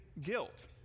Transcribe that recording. guilt